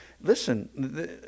Listen